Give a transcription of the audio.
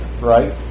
right